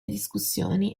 discussioni